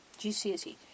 GCSE